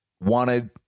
wanted